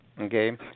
okay